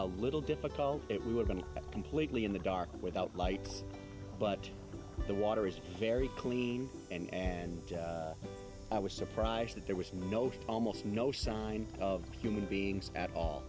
a little difficult it would have been completely in the dark without lights but the water is very clean and i was surprised that there was no almost no sign of human beings at all